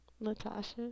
Natasha